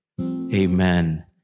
Amen